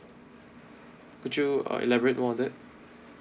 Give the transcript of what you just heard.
could you uh elaborate more on that